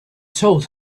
told